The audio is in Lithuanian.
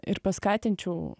ir paskatinčiau